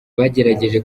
bagerageje